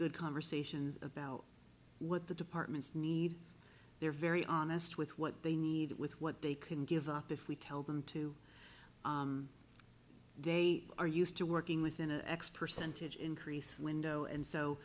good conversations about what the departments need they're very honest with what they need with what they can give up if we tell them to they are used to working within a x percentage increase window and so